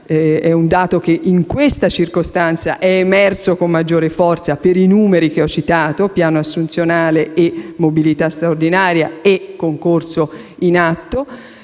È un dato che, in questa circostanza, è emerso con maggiore forza per i numeri che ho citato, riferiti al piano assunzionale, alla mobilità straordinaria e al concorso in atto.